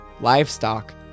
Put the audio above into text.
livestock